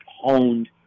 honed